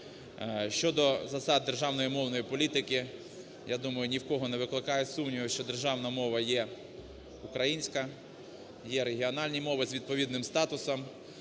Щодо засад державної мовної політики. Я думаю, ні в кого не викликає сумнівів, що державна мова є українська, є регіональні мови з відповідним статусом,